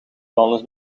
vuilnis